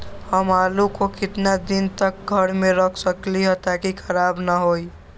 हम आलु को कितना दिन तक घर मे रख सकली ह ताकि खराब न होई?